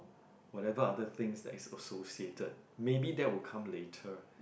whatever other things that is associated maybe that will come later